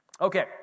Okay